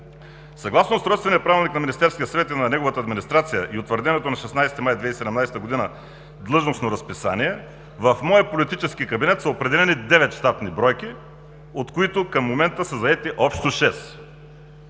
Съгласно Устройствения правилник на Министерския съвет и на неговата администрация и утвърденото на 16 май 2017 г. длъжностно разписание в моя политически кабинет са определени девет щатни бройки, от които към момента са заети общо